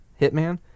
hitman